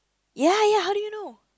ya ya how do you know